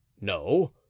No